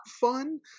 fun